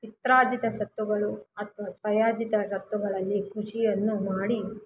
ಪಿತ್ರಾಜಿತ ಸ್ವತ್ತುಗಳು ಮತ್ತು ಸ್ವಯಾಜಿತ ಸ್ವತ್ತುಗಳಲ್ಲಿ ಕೃಷಿಯನ್ನು ಮಾಡಿ